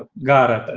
ah got it,